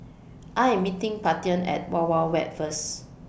I Am meeting Paityn At Wild Wild Wet First